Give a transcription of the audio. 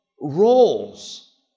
roles